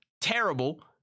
Terrible